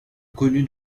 connu